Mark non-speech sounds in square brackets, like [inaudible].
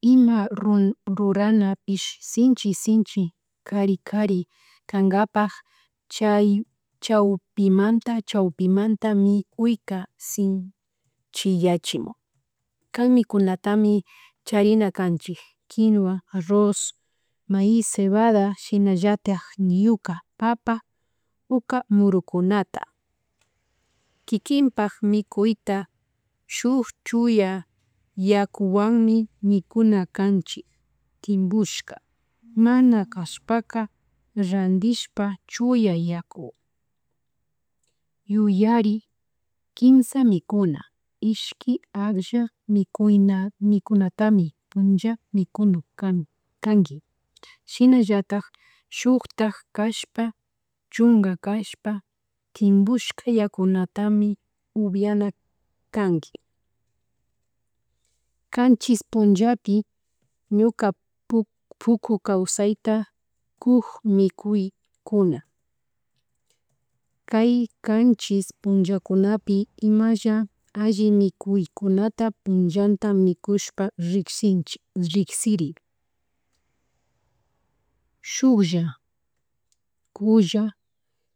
Ima [hesitation] ruraranapish sinchi sinchi kari kari kankapak chay chaypimanta chaupimata mikuyka sinchiyachimi kan mikunatami charina kanchik, kinua, arroz, maiz, cebada shinallatak yuka, papa, puka murukunata, kikinpak mikuyta shuk chuya yakuwammi mikuna kanchik tinbushka, mana kashpaka randishpa chuya yaukuwan, yuyari kinsa mikuna ishki aysha mikuyna, mikunatami punlla mikuna [hesitation] kanki shinallatak shuktak kashpa chunka kashpa, timbushka yakunatami upiana kanki, kanchis punllapi ñuka puk puku kawsayta kuk mikuy kuna kay kanchis punllakunapi imalla alli mikuykunta punllata mikuyta rikshinchik riksiri shuklla, kulla,